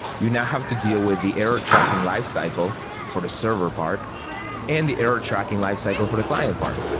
you now have to deal with the error tracking lifecycle for the server part and the error tracking lifecycle for the client part.